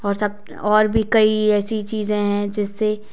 और सब और भी कई ऐसी चीज़े हैं जिससे